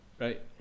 Right